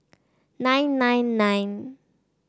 nine nine nine